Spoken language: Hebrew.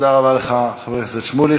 תודה רבה לך, חבר הכנסת שמולי.